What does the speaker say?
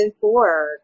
forward